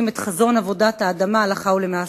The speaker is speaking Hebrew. את חזון עבודת האדמה להלכה ולמעשה.